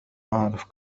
أعرف